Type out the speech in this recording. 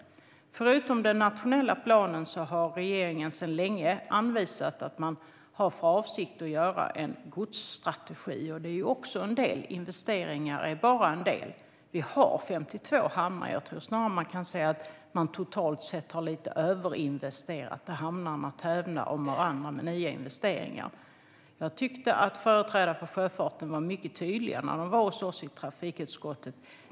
Förutom den nationella planen har regeringen för länge sedan aviserat att man har för avsikt att göra en godsstrategi. Det är också en del. Investeringar är bara en del. Vi har 52 hamnar. Jag tror snarare att man kan säga att det totalt sett har överinvesterats lite. Hamnarna tävlar om nya investeringar. Jag tyckte att företrädare för sjöfarten var mycket tydliga när de var hos oss i trafikutskottet.